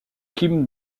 kim